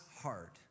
heart